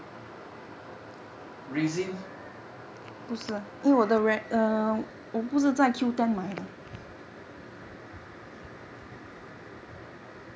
resin